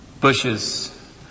bushes